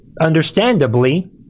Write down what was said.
understandably